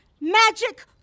Magic